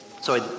Sorry